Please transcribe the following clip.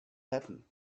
happen